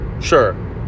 Sure